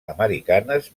americanes